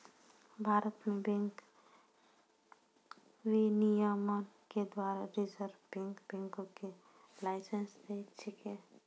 भारत मे बैंक विनियमन के द्वारा रिजर्व बैंक बैंको के लाइसेंस दै छै